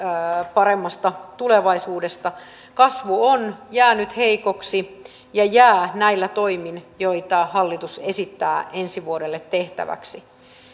paremmasta tulevaisuudesta kasvu on jäänyt heikoksi ja jää näillä toimin joita hallitus esittää ensi vuodelle tehtäväksi